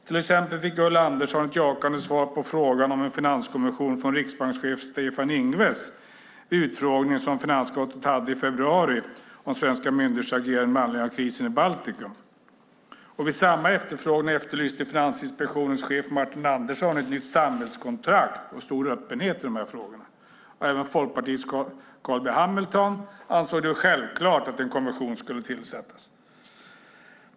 Till exempel fick Ulla Andersson ett jakande svar på frågan om en finanskommission från riksbankschef Stefan Ingves vid utfrågningen om svenska myndigheters agerande med anledning av krisen i Baltikum som finansutskottet hade i februari. Vid samma utfrågning efterlyste Finansinspektionens chef Martin Andersson ett nytt samhällskontrakt och stor öppenhet i dessa frågor. Även Folkpartiets Carl B Hamilton ansåg det som självklart att en kommission skulle tillsättas.